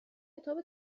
کتاب